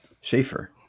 schaefer